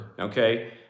okay